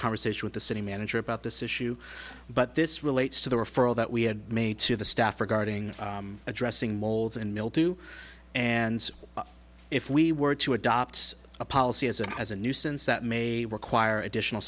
conversation with the city manager about this issue but this relates to the referral that we had made to the staff regarding addressing mold and mildew and if we were to adopt a policy as a as a nuisance that may require additional